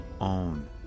own